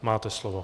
Máte slovo.